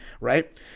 right